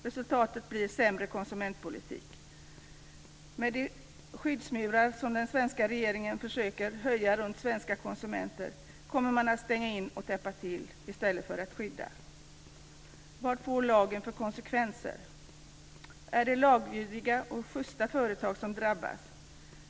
Resultatet bli en sämre konsumentpolitik. Med de skyddsmurar som den svenska regeringen försöker höja runt svenska konsumenter kommer man att stänga in och täppa till i stället för att skydda. Vad får lagen för konsekvenser? Är det laglydiga och justa företag som drabbas?